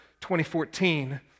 2014